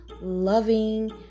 loving